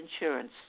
insurance